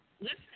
listen